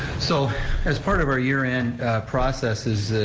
so as part of our year end processes,